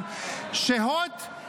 באיזה מדינה -- הצעת החוק תעבור את ההתאמות.